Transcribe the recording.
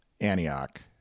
Antioch